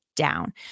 Down